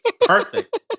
Perfect